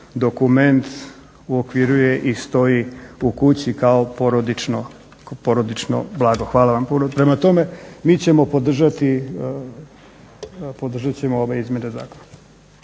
dokument uokviruje i stoji u kući kao porodično blago. Hvala vam puno. Prema tome, mi ćemo podržati, podržat ćemo ove izmjene zakona.